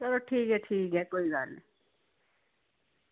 चलो ठीक ऐ ठीक ऐ कोई गल्ल निं